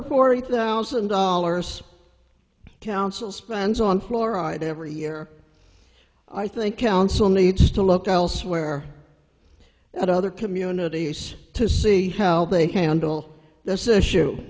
the cory thousand dollars council spends on fluoride every year i think council needs to look elsewhere at other communities to see how they handle this issue